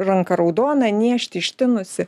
ranka raudona niežti ištinusi